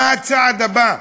מה הצעד הבא?